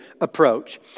approach